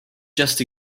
just